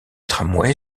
tramway